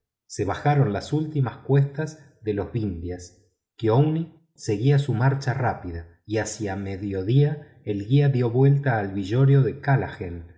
se bajaron las últimas cuestas de los vindhias kiouni seguía su marcha rápida y hacia mediodía el guía dio vuelta al villorrio de